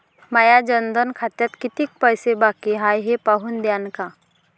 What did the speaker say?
माया जनधन खात्यात कितीक पैसे बाकी हाय हे पाहून द्यान का?